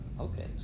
okay